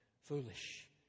foolish